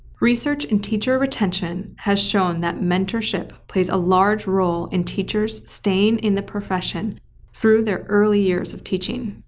research in teacher retention has shown that mentorship plays a large role in teachers staying in the profession through their early years of teaching.